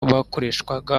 bakoreshwaga